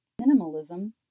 Minimalism